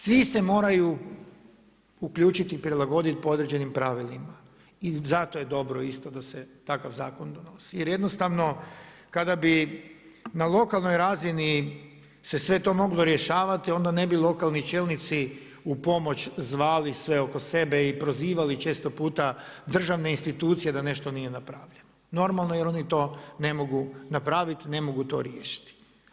Svi se moraju uključiti i prilagoditi po određenim pravilima i zato je dobro isto da se takav zakon donosi jer jednostavno kada bi na lokalnoj razini se sve to moglo rješavati onda ne bi lokalni čelnici upomoć zvali sve oko sebe i prozivali često puta državne institucije da nešto nije napravljeno, normalno jer oni to ne mogu napraviti, ne mogu to riješiti.